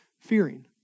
fearing